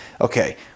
Okay